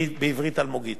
בעברית, אלמוגית.